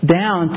down